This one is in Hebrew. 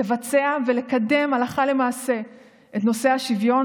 לבצע ולקדם הלכה למעשה את נושא השוויון